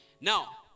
Now